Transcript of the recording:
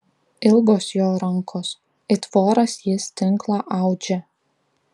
ilgos jo rankos it voras jis tinklą audžia